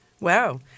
Wow